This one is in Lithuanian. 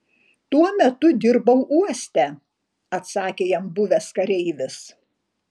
tuo metu dirbau uoste atsakė jam buvęs kareivis